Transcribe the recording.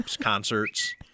concerts